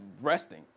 resting